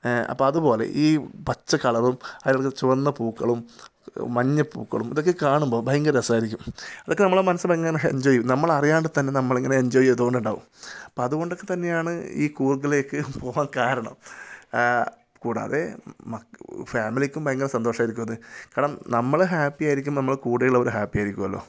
അപ്പം അതുപോലെ ഈ പച്ചക്കളറും അതിൽ കിടക്കുന്ന ചുവന്ന പൂക്കളും മഞ്ഞ പൂക്കളും ഇതൊക്കെ കാണുമ്പോൾ ഭയങ്കര രസമായിരിക്കും അതൊക്കെ നമ്മുടെ മനസ്സിലങ്ങനെ എന്ജോയ് ചെയ്യും നമ്മളറിയാണ്ട് തന്നെ നമ്മളിങ്ങനെ എന്ജോയ് ചെയ്തുകൊണ്ടുണ്ടാകും അപ്പം അതുകൊണ്ടൊക്കെ തന്നെയാണ് ഈ കൂര്ഗിലേക്ക് പോകാന് കാരണം കൂടാതെ മക്ക ഫാമിലിക്കും ഭയങ്കര സന്തോഷമായിരിക്കും അത് കാരണം നമ്മൾ ഹാപ്പിയായിരിക്കുമ്പോൾ നമ്മുടെ കൂടെയുള്ളവരും ഹാപ്പി ആയിരിക്കുമല്ലോ